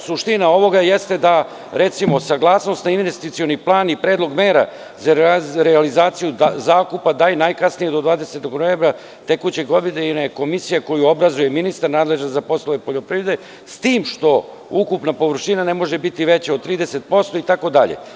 Suština ovoga jeste da, recimo, saglasnost, na investicioni plan i predlog mera za realizaciju zakupa daju najkasnije do 20. novembra tekuće godine i da je komisija koju obrazuje ministar nadležan za poslove poljoprivrede, s tim što ukupna površina ne može biti veća od 30% itd.